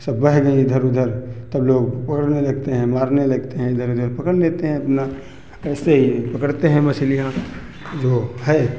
सब बह गईं इधर उधर तब लोग पकड़ने लगते हैं मारने लगते हैं इधर उधर पकड़ लेते हैं अपना ऐसे ही पकड़ते हैं मछलियाँ जो है